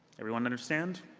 everyone understand?